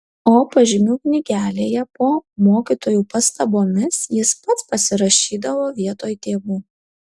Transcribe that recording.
o pažymių knygelėje po mokytojų pastabomis jis pats pasirašydavo vietoj tėvų